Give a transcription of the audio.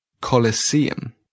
Colosseum